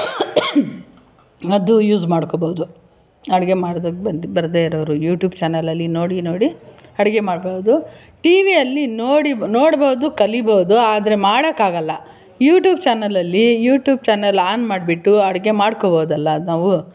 ಅದು ಯೂಸ್ ಮಾಡ್ಕೋಬೋದು ಅಡುಗೆ ಮಾಡೋದಕ್ಕೆ ಬಂದು ಬರದೇ ಇರೋರು ಯೂಟ್ಯೂಬ್ ಚಾನಲಲ್ಲಿ ನೋಡಿ ನೋಡಿ ಅಡುಗೆ ಮಾಡ್ಬೋದು ಟಿ ವಿಯಲ್ಲಿ ನೋಡಿ ನೋಡ್ಬೋದು ಕಲಿಬೋದು ಆದರೆ ಮಾಡೋಕ್ಕಾಗಲ್ಲ ಯೂಟ್ಯೂಬ್ ಚಾನಲಲ್ಲಿ ಯೂಟ್ಯೂಬ್ ಚಾನಲ್ ಆನ್ ಮಾಡಿಬಿಟ್ಟು ಅಡುಗೆ ಮಾಡ್ಕೊಬೋದಲ್ಲ ನಾವು